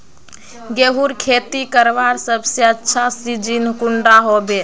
गेहूँर खेती करवार सबसे अच्छा सिजिन कुंडा होबे?